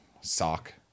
Sock